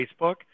Facebook